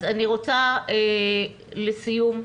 לסיום,